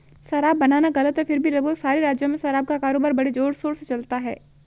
शराब बनाना गलत है फिर भी लगभग सारे राज्यों में शराब का कारोबार बड़े जोरशोर से चलता है